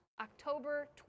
October